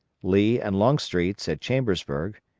lee and longstreet's at chambersburg,